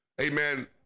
Amen